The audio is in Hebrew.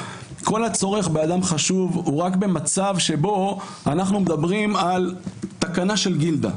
כל הצורך באדם חשוב הוא רק במצב שבו אנחנו מדברים על תקנה של גילדה,